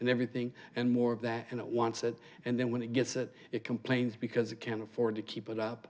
and everything and more of that and it wants it and then when it gets it it complains because it can't afford to keep it up